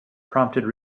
prompted